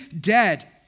dead